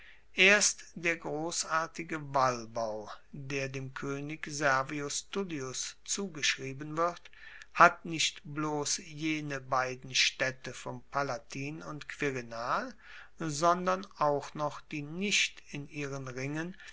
erst der grossartige wallbau der dem koenig servius tullius zugeschrieben wird hat nicht bloss jene beiden staedte vom palatin und quirinal sondern auch noch die nicht in ihren ringen